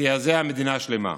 זעזע מדינה שלמה.